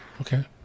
Okay